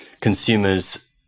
consumers